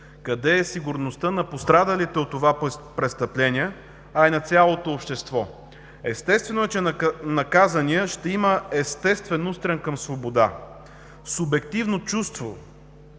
Къде е сигурността на пострадалите от това престъпление, а и на цялото общество? Естествено е, че наказаният ще има устрем към свобода, субективно чувство,